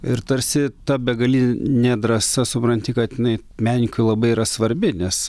ir tarsi ta begalin nė drąsa supranti kad inai menininkui labai yra svarbi nes